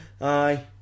aye